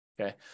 Okay